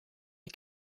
est